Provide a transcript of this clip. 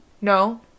No